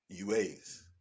UAs